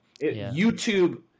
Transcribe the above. YouTube